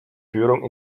führung